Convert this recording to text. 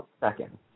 second